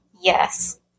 yes